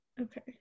Okay